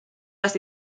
las